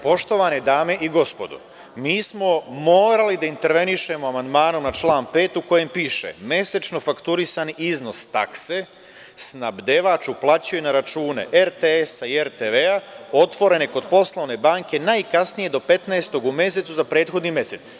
Poštovane dame i gospodo, mi smo morali da intervenišemo amandmanom na član 5. u kojem piše – mesečno fakturisan iznos takse snabdevač uplaćuje na račune RTS-a i RTV-a, otvorene kod poslovne banke najkasnije do 15. u mesecu za prethodni u mesec.